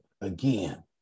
again